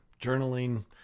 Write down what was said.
Journaling